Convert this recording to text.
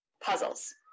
puzzles